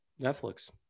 Netflix